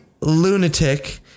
Lunatic